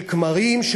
של כמרים,